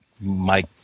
Mike